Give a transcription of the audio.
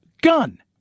gun